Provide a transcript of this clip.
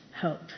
hope